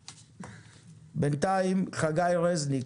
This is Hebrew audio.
בינתיים חגי רזניק